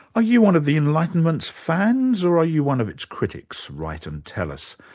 are you one of the enlightenment's fans, or are you one of its critics? write and tell us.